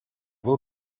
will